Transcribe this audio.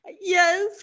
yes